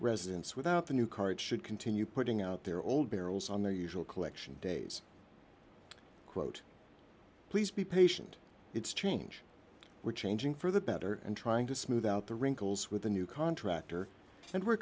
residents without the new card should continue putting out their old barrels on their usual collection days quote please be patient it's change we're changing for the better and trying to smooth out the wrinkles with the new contractor and we're